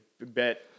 bet